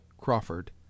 crawford